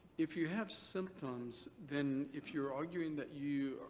if you have symptoms than if you're arguing that you.